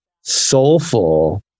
soulful